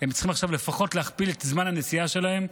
הם צריכים עכשיו לפחות להכפיל את זמן הנסיעה שלהם,